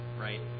right